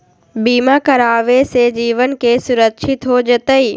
बीमा करावे से जीवन के सुरक्षित हो जतई?